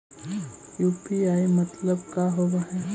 UPI मतलब का होब हइ?